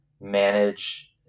manage